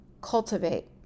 cultivate